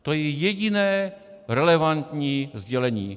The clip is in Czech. To je jediné relevantní sdělení.